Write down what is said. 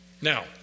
Now